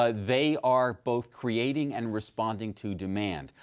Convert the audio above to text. ah they are both creating and responding to demand.